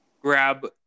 grab